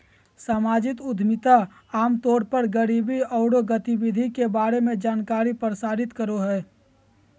सामाजिक उद्यमिता आम तौर पर गरीबी औरो गतिविधि के बारे में जानकारी प्रसारित करो हइ